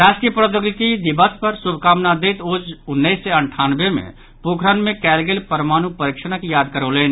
राष्ट्रीय प्रौद्योगिकी दिवस पर शुभकामना दैत ओ उन्नैस सय अंठानवे मे पोखरण मे कयल गेल परमाणु परीक्षणक याद करौलनि